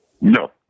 No